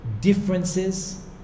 differences